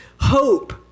Hope